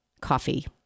coffee